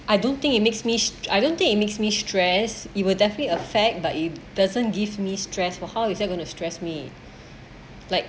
I don't think it makes me I don't think it makes me stress you will definitely affect but he doesn't give me stress for how is that gonna stress me like